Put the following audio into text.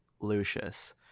Lucius